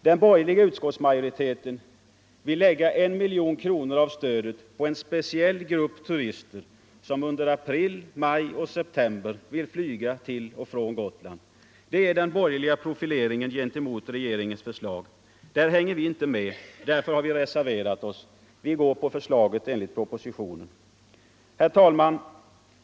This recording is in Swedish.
Den borgerliga utskottsmajoriteten vill lägga 1 miljon kronor av stödet på en speciell grupp turister som under april, maj och september flyger till och från Gotland. Det är den borgerliga profileringen gentemot regeringens förslag. Där hänger vi inte med, utan har reserverat oss. Vi tillstyrker propositionens förslag. Herr talman!